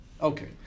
Okay